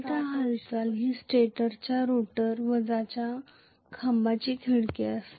तर सामान्यत हालचाल ही रोटरची पोल पीच वजा स्टॅटरची पोल पीच आहे